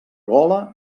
gola